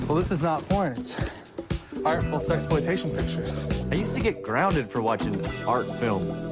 but this is not porn. it's artful sexploitation pictures. i used to get grounded for watching art films.